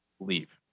leave